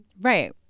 Right